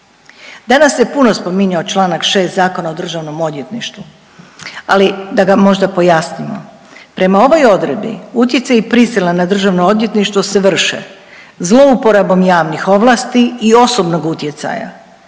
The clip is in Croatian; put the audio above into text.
Danas se puno spominjao Članak 6. Zakona od Državnom odvjetništvu, ali da ga možda pojasnimo. Prema ovoj odredbi utjecaj i prisila na Državno odvjetništvo se vrše zlouporabom javnih ovlasti i osobnog utjecaja